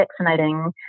vaccinating